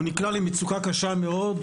הוא נקלע למצוקה קשה מאוד.